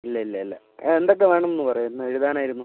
ഇല്ല ഇല്ല ഇല്ല എന്തൊക്കെ വേണം എന്ന് ഒന്നു പറയുമോ ഒന്ന് എഴുതാൻ ആയിരുന്നു